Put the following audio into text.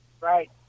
Right